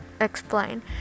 explain